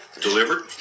delivered